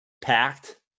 packed